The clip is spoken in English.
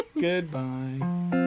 Goodbye